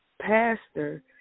pastor